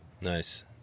Nice